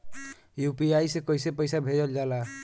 UPI से कइसे पैसा भेजल जाला?